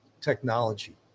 technology